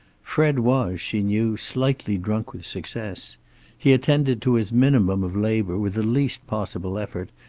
fred was, she knew, slightly drunk with success he attended to his minimum of labor with the least possible effort,